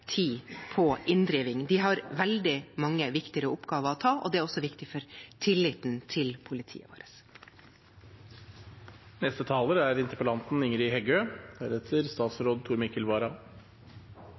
tid på inndriving. De har veldig mange viktigere oppgaver å ta seg av, og det er også viktig for tilliten til politiet